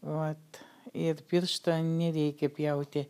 vat ir piršto nereikia pjauti